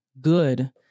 good